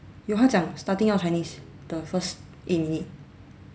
有他讲 starting 要 chinese the first eight minute